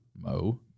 Mo